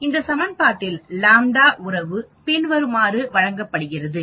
இந்த சமன்பாட்டில் ƛ உறவு பின்வருமாறு வழங்கப்படுகிறது